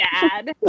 dad